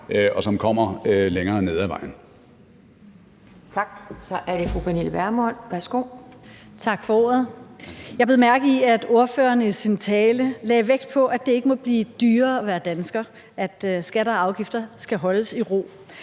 Så er det fru Pernille Vermund. Værsgo. Kl. 11:05 Pernille Vermund (NB): Tak for ordet. Jeg bed mærke i, at ordføreren i sin tale lagde vægt på, at det ikke må blive dyrere at være dansker, at skatter og afgifter skal holdes i ro.